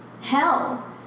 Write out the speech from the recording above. hell